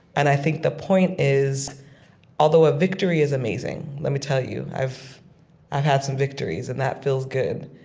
and i think the point is although a victory is amazing, let me tell you. i've i've had some victories, and that feels good.